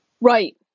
Right